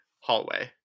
hallway